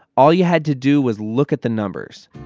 all you had to do was look at the numbers